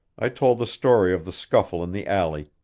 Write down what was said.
i told the story of the scuffle in the alley,